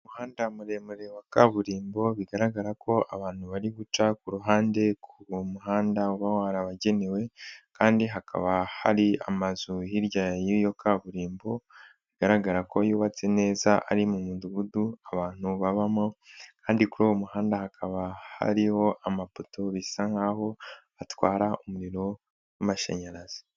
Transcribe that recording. Umuhanda muremure wa kaburimbo, bigaragara ko abantu bari guca ku ruhande, ku muhanda uba warabagenewe, kandi hakaba hari amazu hirya y'iyo kaburimbo, bigaragara ko yubatse neza ari mu mudugudu abantu babamo, kandi kuri uwo muhanda hakaba hariho amapoto, bisa nk'aho batwara umuriro w'amashanyarazi.